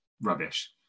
rubbish